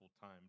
time